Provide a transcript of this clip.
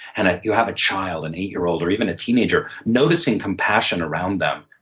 and ah you have a child, an eight year old or even a teenager, noticing compassion around them.